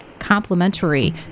complementary